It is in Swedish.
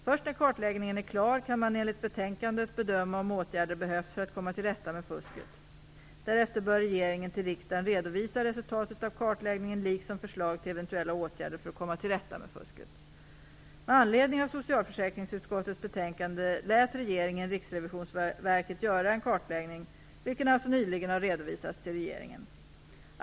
Först när kartläggningen är klar kan man enligt betänkandet bedöma om åtgärder behövs för att komma till rätta med fusket. Därefter bör regeringen till riksdagen redovisa resultatet av kartläggningen liksom förslag till eventuella åtgärder för att komma till rätta med fusket. Med anledning av socialförsäkringsutskottets betänkande lät regeringen Riksrevisionsverket göra en kartläggning, vilken alltså nyligen har redovisats till regeringen.